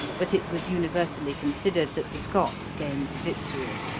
but it was universally considered that the scots gained the victory.